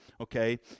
okay